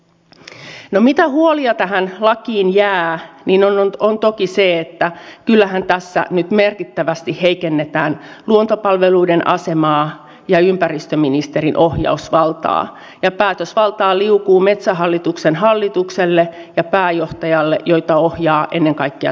niitä huolia mitä tähän lakiin jää on toki se että kyllähän tässä nyt merkittävästi heikennetään luontopalveluiden asemaa ja ympäristöministerin ohjausvaltaa ja päätösvaltaa liukuu metsähallituksen hallitukselle ja pääjohtajalle joita ohjaavat ennen kaikkea talousintressit